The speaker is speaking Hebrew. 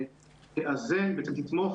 תאזן ותתמוך